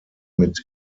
mit